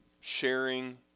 sharing